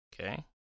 Okay